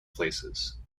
places